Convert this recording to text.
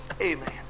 Amen